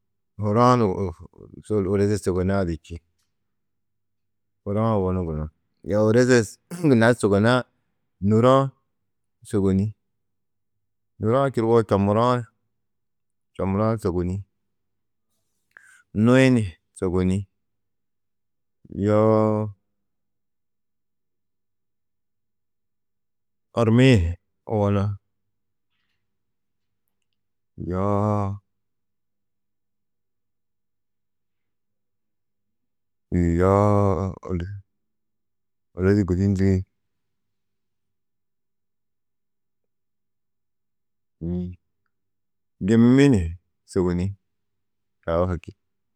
Huru-ã ôroze sôgone-ã du čî, huru-ã owonu gunú, yoo ôroze gunna du sôgone-ã nûr-ã sôgoni, nûr-ã čuruwo čomur-ã sôgoni, no-ĩ ni sôgoni, yoo ormi-ĩ owonu, yoo ôrozi gudi ndû, gimimmi ni sôgoni čau haki.